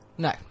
No